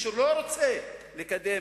כאל אזרחים סוג ב'; הטילו עליהם מס גולגולת,